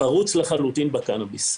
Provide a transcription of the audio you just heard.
פרוץ לחלוטין בקנאביס.